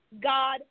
God